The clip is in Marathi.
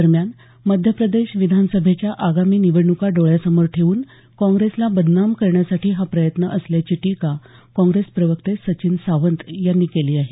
दरम्यान मध्यप्रदेश विधानसभेच्या आगामी निवडणुका डोळ्यासमोर ठेवून काँग्रेसला बदनाम करण्याचा हा प्रयत्न असल्याची टीका काँग्रेस प्रवक्ते सचिन सावंत यांनी केली आहे